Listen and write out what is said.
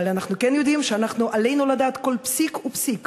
אבל אנחנו כן יודעים שעלינו לדעת כל פסיק ופסיק.